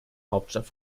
hauptstadt